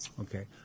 Okay